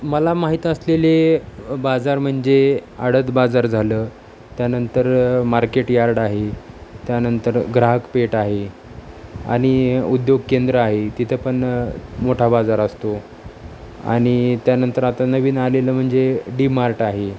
मला माहीत असलेले बाजार म्हणजे अडद बाजार झालं त्यानंतर मार्केट यार्ड आहे त्यानंतर ग्राहक पेठ आहे आणि उद्योग केंद्र आहे तिथं पण मोठा बाजार असतो आणि त्यानंतर आता नवीन आलेलं म्हणजे डी मार्ट आहे